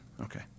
okay